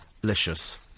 Delicious